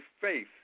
faith